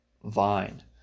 Vine